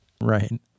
Right